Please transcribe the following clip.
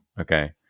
okay